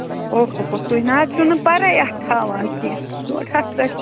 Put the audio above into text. اوہوٗ اوہوٗ تُہۍ نہَ حظ چھِوٕ نہٕ پَرے اَتھ تھاوان کیٚنٛہہ ڈوڈ ہَتھ رۄپیہِ